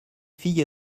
fille